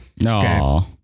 No